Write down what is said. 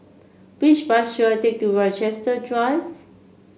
which bus should I take to Rochester Drive